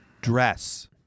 dress